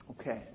Okay